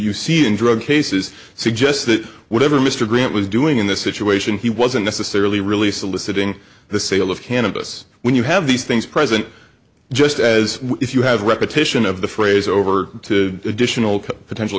you see in drug cases suggests that whatever mr grant was doing in this situation he wasn't necessarily really soliciting the sale of cannabis when you have these things present just as if you have a repetition of the phrase over to additional potential